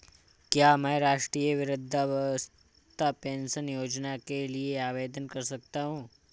क्या मैं राष्ट्रीय वृद्धावस्था पेंशन योजना के लिए आवेदन कर सकता हूँ?